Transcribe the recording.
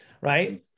right